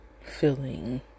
feeling